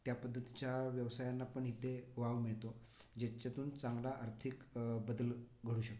त्या पद्धतीच्या व्यवसायांना पण इथे वाव मिळतो ज्याच्यातून चांगला आर्थिक बदल घडू शकतो